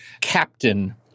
Captain